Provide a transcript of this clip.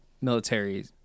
military